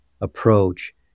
approach